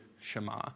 shema